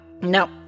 No